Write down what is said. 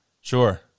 Sure